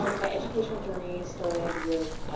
um my educational journey started with